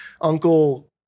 Uncle